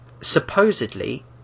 supposedly